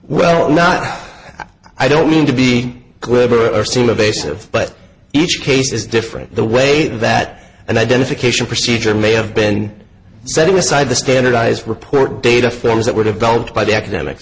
well not i don't mean to be glib or are seeing the base of but each case is different the way that an identification procedure may have been setting aside the standardized report data forms that were developed by the academic